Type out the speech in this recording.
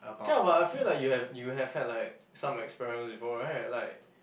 okay lah but I feel like you have you have had like some experiments before right like